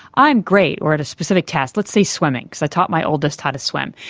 i'm great or at a specific task, let's say swimming because i taught my oldest how to swim,